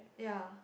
ya